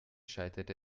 scheitert